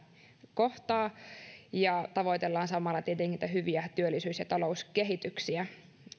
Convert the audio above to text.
kohtaa ja tavoitellaan samalla tietenkin hyviä työllisyys ja talouskehityksiä